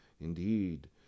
Indeed